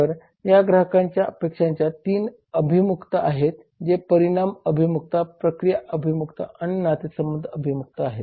तर या ग्राहकांच्या अपेक्षांच्या 3 अभिमुखता आहेत जे परिणाम अभिमुखता प्रक्रिया अभिमुखता आणि नातेसंबंध अभिमुखता आहेत